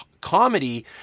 comedy